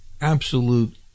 absolute